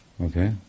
Okay